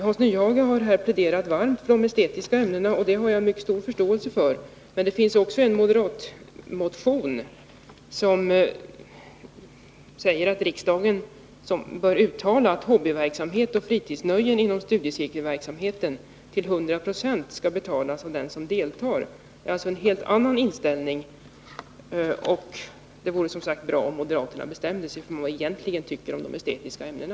Hans Nyhage har här pläderat varmt för de estetiska ämnena, och det har jag mycket stor förståelse för, men det finns också en moderat motion i vilken man kräver att riksdagen bör uttala att hobbyverksamhet och fritidsnöjen inom studiecirkelverksamheten till 100 96 skall betalas av den som deltar. I den motionen redovisas alltså en helt annan inställning, och det vore som sagt bra om moderaterna bestämde sig för vad de egentligen tycker om de estetiska ämnena.